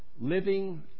living